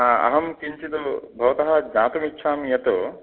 अहं किञ्चिद्भवतः ज्ञातुमिच्छामि यत्